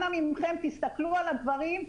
אנא מכם, תסתכלו על הדברים.